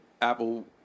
Apple